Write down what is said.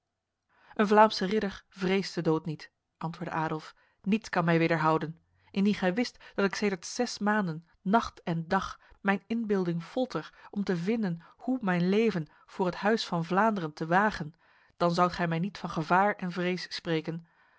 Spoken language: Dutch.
een vlaamse ridder vreest de dood niet antwoordde adolf niets kan mij wederhouden indien gij wist dat ik sedert zes maanden nacht en dag mijn inbeelding folter om te vinden hoe mijn leven voor het huis van vlaanderen te wagen dan zoudt gij mij niet van gevaar en vrees spreken